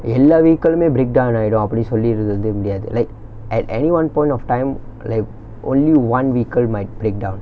எல்லா:ellaa vehicle லுமே:lumae break down ஆகிட்டு அப்புடி சொல்லிறது வந்து முடியாது:aagidu appudi sollirathu vanthu mudiyaathu like at any one point of time like only one vehicle might breakdown